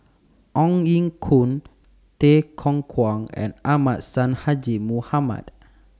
Ong Ye Kung Tay Kung Kwang and Ahmad Sonhadji Mohamad